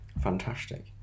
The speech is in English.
Fantastic